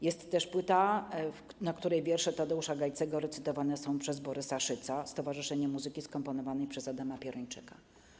Jest też płyta, na której wiersze Tadeusza Gajcego recytowane są przez Borysa Szyca z towarzyszeniem muzyki skomponowanej przez Adama Pierończyka.